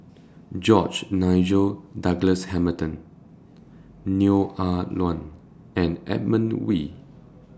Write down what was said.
George Nigel Douglas Hamilton Neo Ah Luan and Edmund Wee